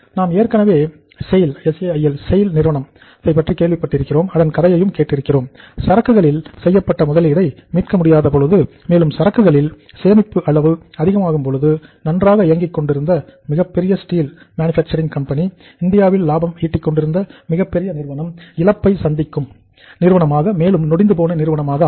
நாம் ஏற்கனவே செய்ல் இந்தியாவில் லாபம் ஈட்டிக் கொண்டிருந்த அந்த மிகப்பெரிய நிறுவனம் இழப்பை சந்திக்கும் நிறுவனமாக மேலும் நொடிந்து போன நிறுவனமாக ஆனது